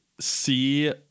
see